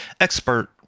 expert